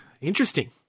interesting